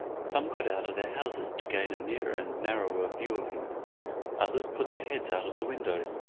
some got out of their houses to gain a nearer and narrower view of him others put their heads out of the windows,